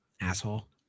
Asshole